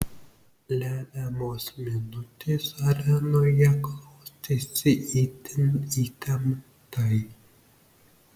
lemiamos minutės arenoje klostėsi itin įtemptai